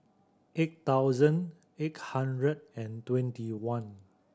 eight thousand eight hundred and twenty one